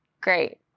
great